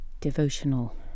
devotional